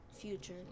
Future